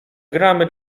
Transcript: gramy